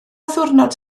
ddiwrnod